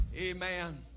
amen